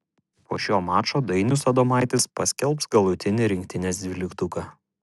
po šio mačo dainius adomaitis paskelbs galutinį rinktinės dvyliktuką